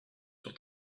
sur